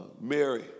Mary